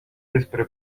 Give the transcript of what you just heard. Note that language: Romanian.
despre